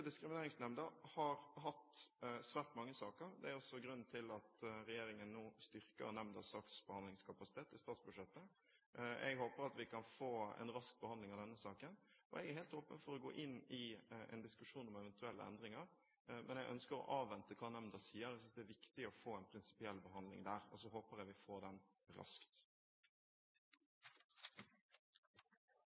diskrimineringsnemnda har hatt svært mange saker. Det er også grunnen til at regjeringen nå styrker nemndas saksbehandlingskapasitet i statsbudsjettet. Jeg håper vi kan få en rask behandling av denne saken. Jeg er helt åpen for å gå inn i en diskusjon om eventuelle endringer, men jeg ønsker å avvente hva nemnda sier. Jeg synes det er viktig å få en prinsipiell behandling der, og så håper jeg vi får den raskt.